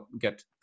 get